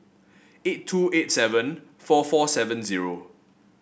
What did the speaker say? eight two eight seven four four seven zero